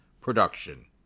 Production